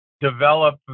develop